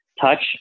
Touch